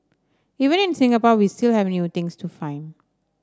even in Singapore we still have new things to find